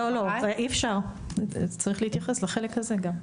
לא לא אי אפשר, צריך להתייחס לחלק הזה גם.